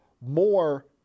more